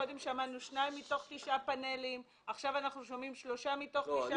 שמענו שניים מתוך תשעה פנלים ועכשיו אנחנו שומעים שלוש מתוך תשעה פנלים.